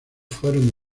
fueron